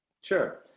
Sure